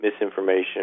misinformation